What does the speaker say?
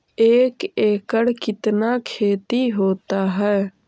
एक एकड़ कितना खेति होता है?